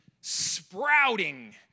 sprouting